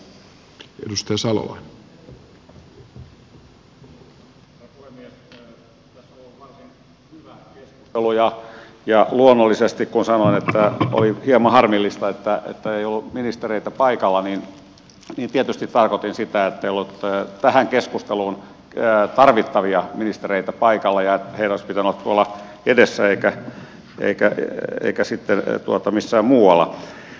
tässä on varsin hyvä keskustelu ja luonnollisesti kun sanoin että oli hieman harmillista että ei ollut ministereitä paikalla niin tietysti tarkoitin sitä ettei ollut tähän keskusteluun tarvittavia ministereitä paikalla ja että heidän olisi pitänyt olla tuolla edessä eikä sitten missään muualla